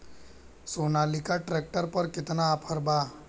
Sonalika tractor पर केतना offer बा?